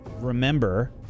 remember